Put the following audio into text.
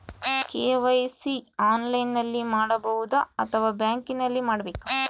KYC ಆನ್ಲೈನಲ್ಲಿ ಮಾಡಬಹುದಾ ಅಥವಾ ಬ್ಯಾಂಕಿನಲ್ಲಿ ಮಾಡ್ಬೇಕಾ?